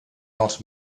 not